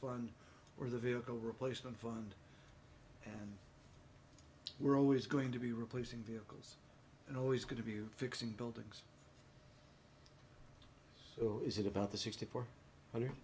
fund or the vehicle replacement fund we're always going to be replacing vehicles and always going to be fixing buildings or is it about the sixty four hundred